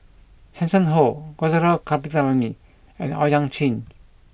Hanson Ho Gaurav Kripalani and Owyang Chi